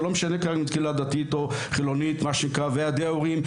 לא משנה אם קהילה דתית או חילונית או ועדי הורים,